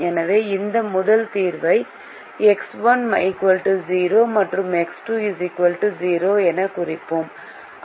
எனவே இந்த முதல் தீர்வை எக்ஸ் 1 0 மற்றும் எக்ஸ் 2 0 எனக் குறிக்கிறோம்